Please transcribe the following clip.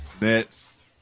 Nets